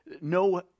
no